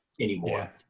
anymore